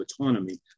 autonomy